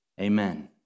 Amen